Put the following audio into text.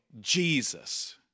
Jesus